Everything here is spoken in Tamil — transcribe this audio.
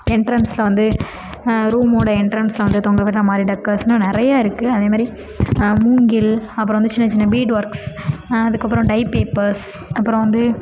எண்ட்ரென்ஸில் வந்து ரூமோடய எண்ட்ரென்ஸில் வந்து தொங்க விடுற மாதிரி டெக்கர்ஸ்னு நிறைய இருக்குது அதேமாரி மூங்கில் அப்புறம் வந்து சின்ன சின்ன பீட் ஒர்க்ஸ் அதுக்கப்புறம் டை பேப்பர்ஸ் அப்புறம் வந்து